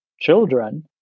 children